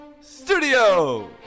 Studio